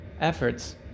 efforts